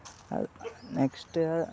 ಅದು ನೆಕ್ಸ್ಟ್